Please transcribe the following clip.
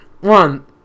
one